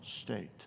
state